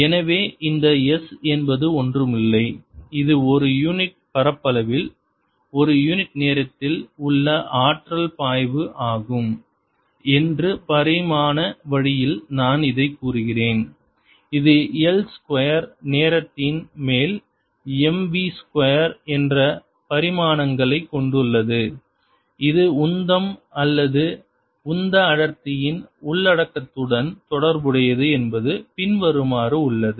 எனவே இந்த S என்பது ஒன்றுமில்லை இது ஒரு யூனிட் பரப்பளவில் ஒரு யூனிட் நேரத்தில் உள்ள ஆற்றல் பாய்வு ஆகும் என்று பரிமாண வழியில் நான் இதை கூறுகிறேன் இது L ஸ்கொயர் நேரத்தின் மேல் Mv ஸ்கொயர் என்ற பரிமாணங்களை கொண்டுள்ளது இது உந்தம் அல்லது உந்த அடர்த்தியின் உள்ளடக்கத்துடன் தொடர்புடையது என்பது பின்வருமாறு உள்ளது